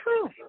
true